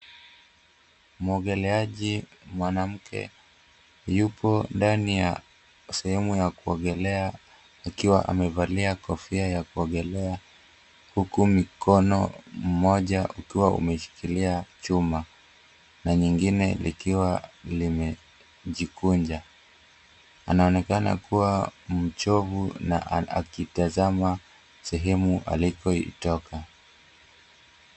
Mwogeleaji mwanamke yupo ndani ya sehemu ya kuogelea, akiwa amevalia kofia ya kuogelea. Huku mikono mmoja ukiwa umeshikilia chuma na nyingine likiwa limejikunja, anaonekana kuwa mchovu na ana akitazama sehemu alipoitoka.